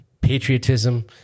patriotism